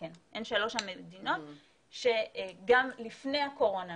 כן, הן שלוש המדינות שגם לפני הקורונה